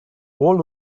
old